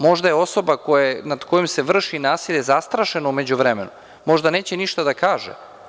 Možda je osoba nad kojom se vrši nasilje zastrašena u međuvremenu, možda neće ništa da kaže.